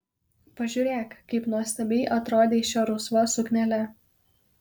pažiūrėk kaip nuostabiai atrodei šia rusva suknele